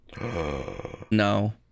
No